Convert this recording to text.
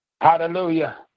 Hallelujah